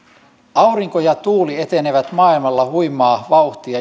aurinko ja tuuli etenevät maailmalla huimaa vauhtia